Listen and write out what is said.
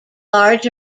large